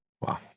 Wow